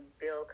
Bill